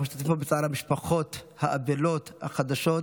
אנחנו משתתפים בצער המשפחות האבלות החדשות,